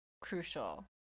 crucial